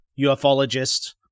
ufologists